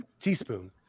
Teaspoon